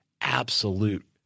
absolute